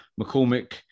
McCormick